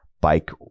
bike